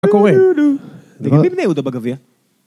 מה קורה? נגד מי בני יהודה בגביע